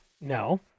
no